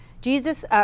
Jesus